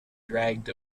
dragged